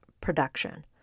production